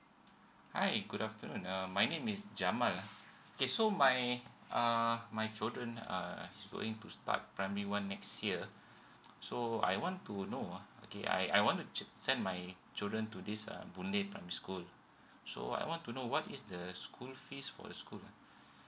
hi good afternoon um my name is jamal ah okay so my uh my children uh going to start primary one next year so I want to know ah okay I I want to actually send my children to this uh boon lay primary school so I want to know what is the school fees for the school ah